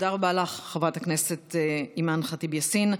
תודה רבה לך, חברת הכנסת אימאן ח'טיב יאסין.